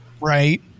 right